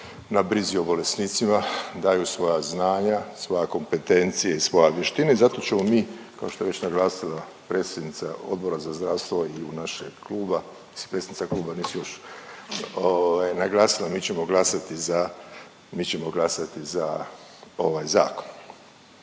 na brizi o bolesnicima, daju svoja znanja, svoje kompetencije i svoje vještine i zato ćemo mi kao što je već naglasila predsjednica Odbora za zdravstvo u ime našeg kluba, predsjednica kluba naglasila mi ćemo glasati za ovaj zakon.